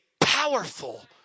powerful